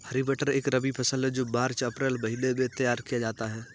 हरी मटर एक रबी फसल है जो मार्च अप्रैल महिने में तैयार किया जाता है